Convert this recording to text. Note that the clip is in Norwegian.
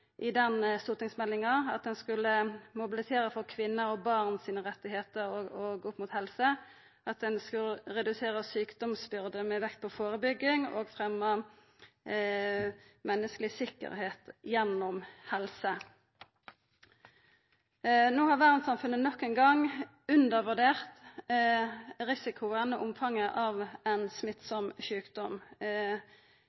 stortingsmeldinga: Ein skulle mobilisera for rettane til kvinner og barn opp mot helse, ein skulle redusera sjukdomsbyrda – med vekt på førebygging – og ein skulle fremja menneskeleg sikkerheit gjennom helse. No har verdssamfunnet nok ein gong undervurdert risikoen og omfanget av ein